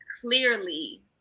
Clearly